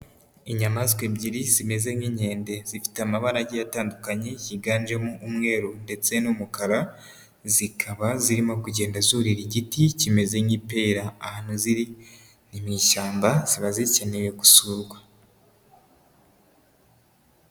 Inyamaswa ebyiri zimeze nk'inkende zifite amabarage atandukanye yiganjemo umweru ndetse n'umukara, zikaba zirimo kugenda zurira igiti kimeze nk'ipera, ahantu ziri mu ishyamba ziba zikeneye gusurwa.